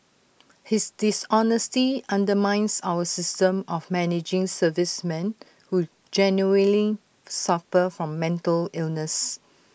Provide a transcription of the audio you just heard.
his dishonesty undermines our system of managing servicemen who genuinely suffer from mental illness